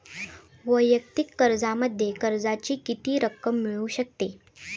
वैयक्तिक कर्जामध्ये कर्जाची किती रक्कम मिळू शकते?